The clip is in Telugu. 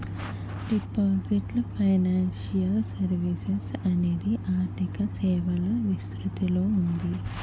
డిజిటల్ ఫైనాన్షియల్ సర్వీసెస్ అనేది ఆర్థిక సేవల విస్తృతిలో ఉంది